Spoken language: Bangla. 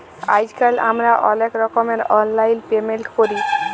আইজকাল আমরা অলেক রকমের অললাইল পেমেল্ট ক্যরি